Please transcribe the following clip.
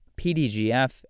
PDGF